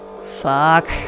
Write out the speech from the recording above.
Fuck